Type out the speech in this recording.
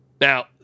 Now